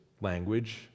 language